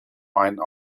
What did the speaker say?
main